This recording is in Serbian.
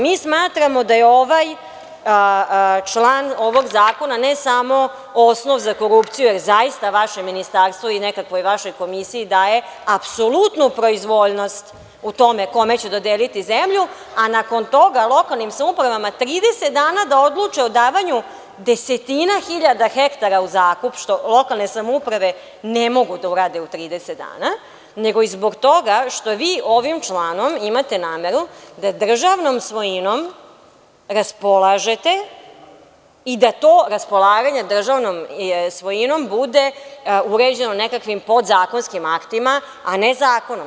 Mi smatramo da je ovaj član ovog zakona, ne samo osnov za korupciju, jer zaista vaše Ministarstvo i nekakve vaše komisije daju apsolutnu proizvoljnost u tome kome će dodeliti zemlju, a nakon toga lokalnim samoupravama 30 dana da odluče o davanju desetina hiljada hektara u zakup, što lokalne samouprave ne mogu da rade u 30 dana, nego i zbog toga što vi ovim članom imate nameru da državnom svojinom raspolažete i da to raspolaganje državnom svojinom bude uređenom nekakvim podzakonskim aktima, a ne zakonom.